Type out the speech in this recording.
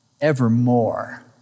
evermore